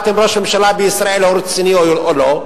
אם ראש ממשלה בישראל הוא רציני או לא?